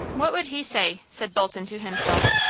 what would he say, said bolton to himself,